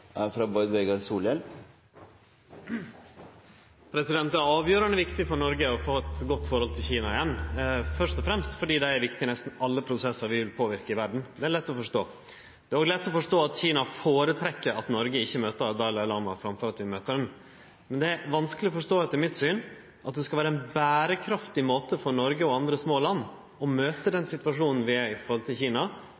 Det er avgjerande viktig for Noreg å få eit godt forhold til Kina igjen – først og fremst fordi dei er viktige i nesten alle prosessar vi vil påverke i verda. Det er lett å forstå. Det er òg lett å forstå at Kina føretrekkjer at Noreg ikkje møter Dalai Lama framfor at vi møter han. Men det er vanskeleg å forstå, etter mitt syn, at det skal vere ein berekraftig måte for Noreg – og andre små land – å møte den